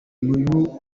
mibu